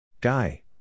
Guy